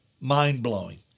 Mind-blowing